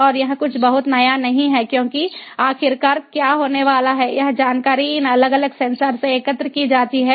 और यह कुछ बहुत नया नहीं है क्योंकि आखिरकार क्या होने वाला है यह जानकारी इन अलग अलग सेंसर से एकत्र की जाती है